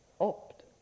opt